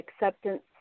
acceptance